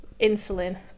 insulin